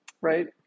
right